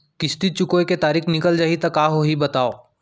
किस्ती चुकोय के तारीक निकल जाही त का होही बताव?